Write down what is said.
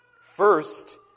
First